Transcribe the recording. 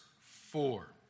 four